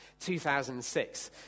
2006